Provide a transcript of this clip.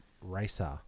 Racer